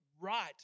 right